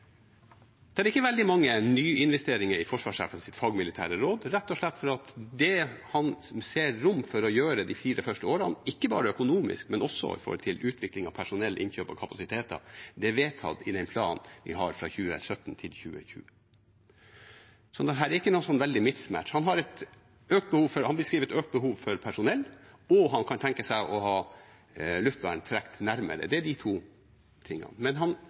forsvarssjefens fagmilitære råd, rett og slett fordi det han ser rom for å gjøre de fire første årene, ikke bare økonomisk, men også i forhold til utvikling av personell og innkjøp av kapasiteter, er vedtatt i den planen vi har fra 2017 til 2020. Så dette er ikke så veldig mismatch. Han beskriver et økt behov for personell, og han kan tenke seg å ha luftvern trukket nærmere. Det er de to tingene. Men han